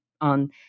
on